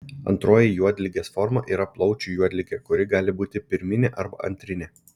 antroji juodligės forma yra plaučių juodligė kuri gali būti pirminė arba antrinė